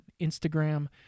Instagram